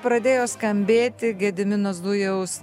pradėjo skambėti gedimino zujaus